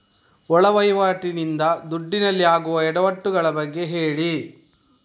ಒಳ ವಹಿವಾಟಿ ನಿಂದ ದುಡ್ಡಿನಲ್ಲಿ ಆಗುವ ಎಡವಟ್ಟು ಗಳ ಬಗ್ಗೆ ಹೇಳಿ